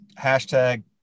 hashtag